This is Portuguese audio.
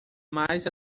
mais